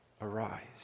arise